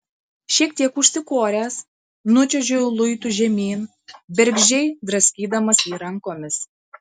šiek tiek užsikoręs nučiuožiau luitu žemyn bergždžiai draskydamas jį rankomis